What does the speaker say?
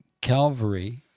Calvary